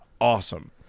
awesome